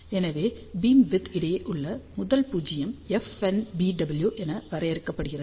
எனவே பீம்விட்த் இடையே உள்ள முதல் பூஜ்யம் FNBW என வரையறுக்கப்படுகிறது